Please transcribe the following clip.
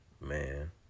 man